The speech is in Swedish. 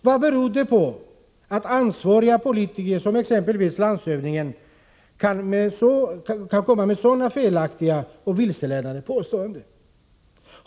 Vad är orsaken till att ansvariga politiker, exempelvis landshövdingen i Gävleborgs län, kan komma med så felaktiga och vilseledande påståenden?